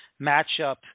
matchup